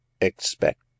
expect